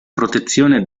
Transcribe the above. protezione